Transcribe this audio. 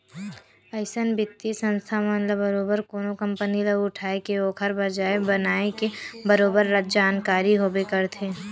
अइसन बित्तीय संस्था मन ल बरोबर कोनो कंपनी ल उठाय के ओखर बजार बनाए के बरोबर जानकारी होबे करथे